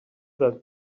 that